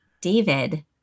David